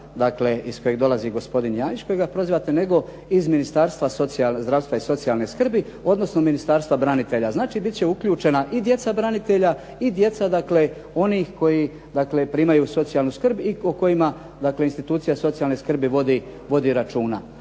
iz kojeg dolazi gospodin Janjić kojega prozivate, nego iz Ministarstva zdravstva i socijalne skrbi, odnosno Ministarstva branitelja. Znači, biti će uključena i djeca branitelja i djeca dakle onih koji primaju socijalnu skrb i o kojima institucija socijalne skrbi vodi računa.